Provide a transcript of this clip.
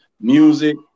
music